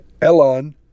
Elon